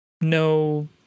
no